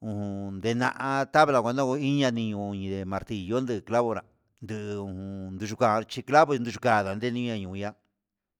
un ndena'a tabla nguan ndoyo inia ni'i iho ni martillo ndi clavora ndu nduduka chiclavo nduyuka ndeni inya'a.